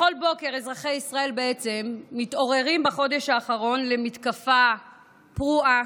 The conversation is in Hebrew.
בכל בוקר אזרחי ישראל מתעוררים בחודש האחרון למתקפה פרועה,